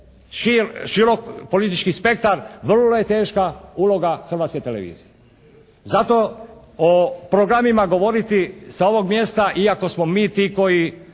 širok politički spektar. Vrlo je teška uloga Hrvatske televizije. Zato o programima govoriti sa ovog mjesta iako smo mi ti koji